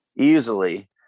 easily